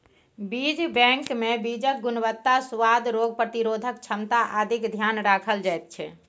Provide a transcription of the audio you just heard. बीज बैंकमे बीजक गुणवत्ता, सुआद, रोग प्रतिरोधक क्षमता आदिक ध्यान राखल जाइत छै